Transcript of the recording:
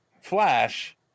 Flash